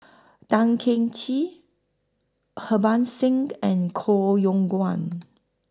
Tan Cheng Kee Harbans Singh and Koh Yong Guan